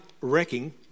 wrecking